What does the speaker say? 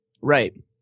right